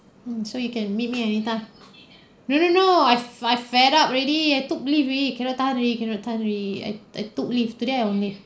mm so you can meet me anytime really you know I've I've fed up already I took leave already cannot tahan already cannot tahan already I I took leave today I on leave